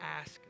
ask